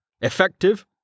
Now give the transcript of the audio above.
effective